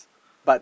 but